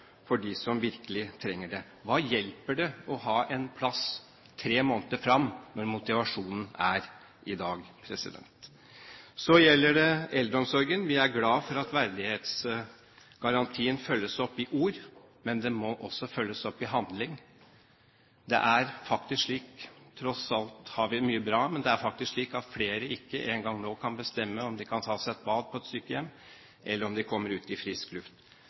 for dem som virkelig trenger det. Hva hjelper det å få en plass tre måneder fram, når motivasjonen er i dag? Så gjelder det eldreomsorgen. Vi er glad for at verdighetsgarantien følges opp med ord, men den må også følges opp med handling. Tross alt er det mye bra, men det er faktisk nå slik at flere av dem som er på sykehjem, ikke engang kan bestemme om de kan ta seg et bad, eller om de kommer seg ut i frisk luft.